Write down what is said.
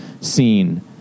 seen